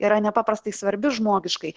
yra nepaprastai svarbi žmogiškai